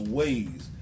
ways